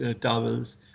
towels